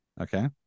Okay